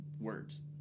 words